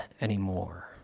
anymore